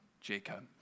Jacob